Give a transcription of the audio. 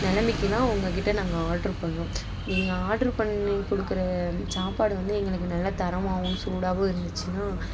நிலமைக்கு தான் நாங்கள் உங்க கிட்ட நாங்க ஆர்ட்ரு பண்ணுறோம் நீங்கள் ஆர்ட்ரு பண்ணி கொடுக்குற சாப்பாடு வந்து எங்களுக்கு நல்லா தரமாகவும் சூடாகவும் இருந்துச்சுனா